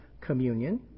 communion